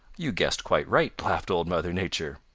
you guessed quite right, laughed old mother nature.